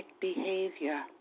behavior